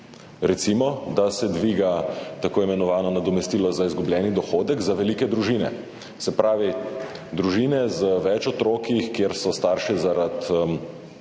recimo dviga se tako imenovano nadomestilo za izgubljeni dohodek za velike družine. Se pravi, družine z več otroki, kjer so starši zaradi